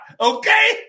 okay